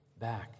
back